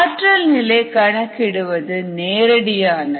ஆற்றல் நிலை கணக்கிடுவது நேரடியானது